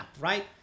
right